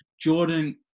Jordan